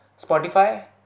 Spotify